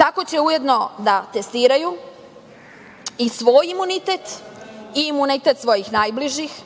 Tako će ujedno da testiraju i svoj imunitet i imunitet svojih najbližih